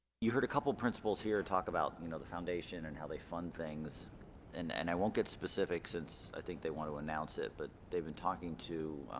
you heard a couple principles here to talk about you know the foundation and how they fund things and and i won't get specific since i think they want to announce it but they've been talking to